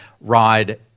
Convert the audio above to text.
ride